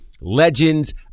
legends